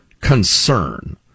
concern